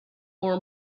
more